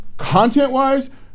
Content-wise